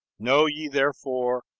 know ye therefore,